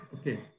okay